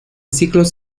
ciclos